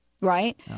right